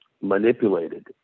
manipulated